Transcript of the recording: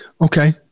Okay